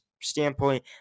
standpoint